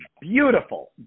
beautiful